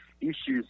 issues